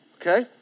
okay